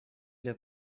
для